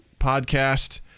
podcast